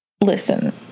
Listen